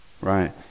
right